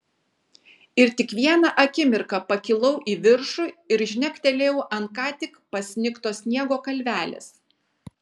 ir tik vieną akimirką pakilau į viršų ir žnektelėjau ant ką tik pasnigto sniego kalvelės